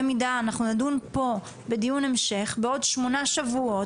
אנחנו נדון פה בדיון המשך בעוד שמונה שבועות,